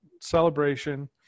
celebration